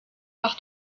par